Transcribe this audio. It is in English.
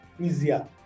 easier